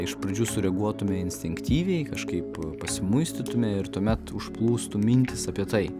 iš pradžių sureaguotume instinktyviai kažkaip pasimuistytume ir tuomet užplūstų mintys apie tai